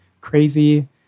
crazy